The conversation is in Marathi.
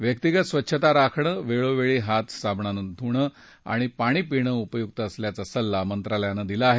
व्यक्तीगत स्वच्छता राखणं वेळोवेळी हात साबणानं धुणं आणि पाणी पिणं उपयुक असल्याचा सल्ला मंत्रालयानं दिला आहे